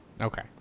Okay